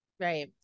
right